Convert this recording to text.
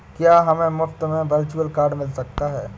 क्या हमें मुफ़्त में वर्चुअल कार्ड मिल सकता है?